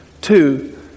Two